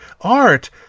art